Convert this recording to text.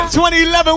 2011